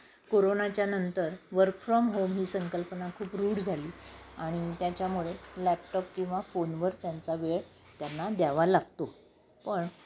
कोरोनाच्या नंतर work from home ही संकल्पना खूप रूढ झाली आणि त्याच्यामुळे लॅपटॉप किंवा फोनवर त्यांचा वेळ त्यांना द्यावा लागतो पण